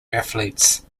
athletes